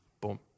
boom